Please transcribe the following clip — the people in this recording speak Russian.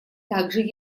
также